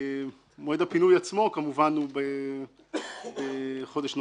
מועד הפינוי עצמו הוא כמובן בחודש נובמבר,